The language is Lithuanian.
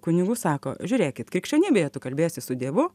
kunigų sako žiūrėkit krikščionybėje tu kalbiesi su dievu